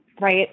right